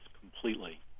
completely